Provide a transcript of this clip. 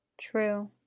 True